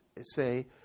say